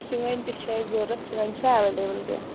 چٲنٛدۍ تہِ چھِ اَسہِ ضروٗرت چٲنٛدۍ چھا ایویلیبٕل کیٚنٛہہ